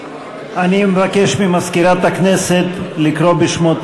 אני מבקש ממזכירת הכנסת לקרוא בשמות